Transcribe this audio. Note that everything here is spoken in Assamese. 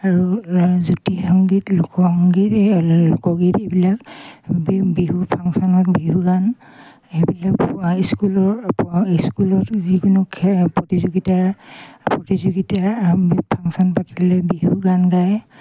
আৰু জ্যোতি সংগীত লোকসংগীত এই লোকগীত এইবিলাক বিহু ফাংশ্যনত বিহু গান সেইবিলাক পোৱা স্কুলৰ স্কুলত যিকোনো প্ৰতিযোগিতা প্ৰতিযোগিতা ফাংশ্যন পাতিলে বিহু গান গায়